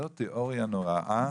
זאת תיאוריה נוראה